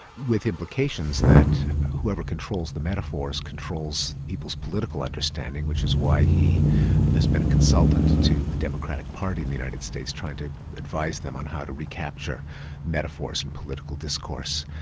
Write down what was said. with implications that whoever controls the metaphors controls people's political understanding, which is why he has been a consultant to the democratic party in the united states, trying to advise them on how to recapture metaphors in political discourse.